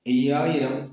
അയ്യായിരം